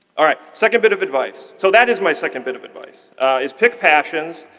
all right, second bit of advice so that is my second bit of advice is pick passions,